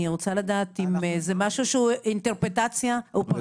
אני רוצה לדעת אם זה משהו שהוא אינטרפרטציה או משהו שהוא פרשנות.